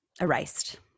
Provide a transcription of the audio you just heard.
erased